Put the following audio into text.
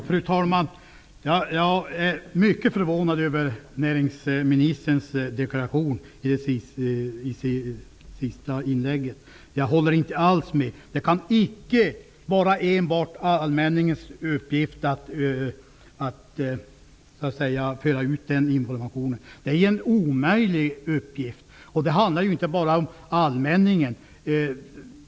Fru talman! Jag är mycket förvånad över näringsministerns deklaration i det senaste inlägget. Jag håller inte alls med honom. Det kan icke vara enbart allmänningens uppgift att föra ut en sådan information. Det är en omöjlig uppgift. Det handlar här inte bara om allmänningen.